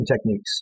techniques